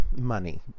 money